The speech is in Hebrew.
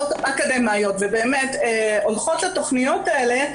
אקדמאיות ובאמת הולכות לתכניות האלה,